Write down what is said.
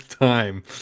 time